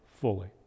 fully